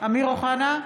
אמיר אוחנה,